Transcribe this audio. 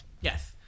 Yes